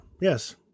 Yes